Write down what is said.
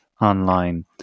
online